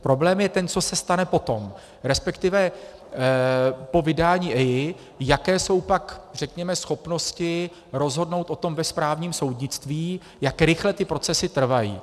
Problém je ten, co se stane potom, resp. po vydání EIA, jaké jsou pak řekněme schopnosti rozhodnout o tom ve správním soudnictví, jak rychle ty procesy trvají.